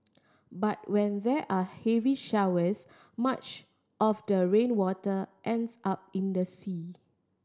but when there are heavy showers much of the rainwater ends up in the sea